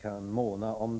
kan måna om på samma vis.